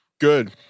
Good